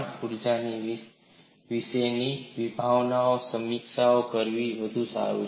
ઊર્જા વિશેની વિભાવનાઓની સમીક્ષા કરવી વધુ સારું છે